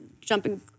jumping –